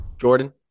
Jordan